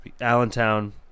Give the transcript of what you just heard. Allentown